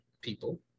people